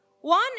One